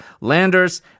Landers